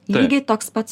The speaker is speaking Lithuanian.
lygiai toks pats